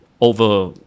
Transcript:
over